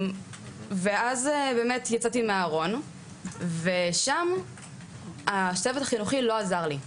ואז באמת יצאתי מהארון ושם הצוות החינוכי לא עזר לי.